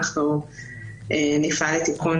אנחנו נפעל לתיקון,